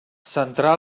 centrà